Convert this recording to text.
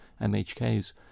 MHKs